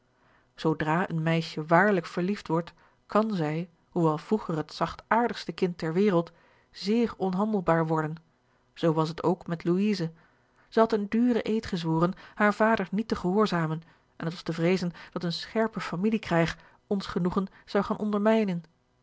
zoodra een meisje waarlijk verliefd wordt kan zij hoewel vroeger het zachtaardigste kind ter wereld zeer onhandelbaar worden zoo was het ook met louise zij had een duren eed gezworen haren vader niet te gehoorzamen en het was te vreezen dat een scherpe familiekrijg ons genoegen zou gaan